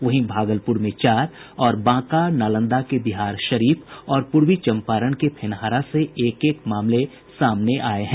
वहीं भागलपुर में चार और बांका नालंदा के बिहारशरीफ और पूर्वी चंपारण के फेनहारा से एक एक मामले सामने आये हैं